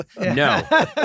No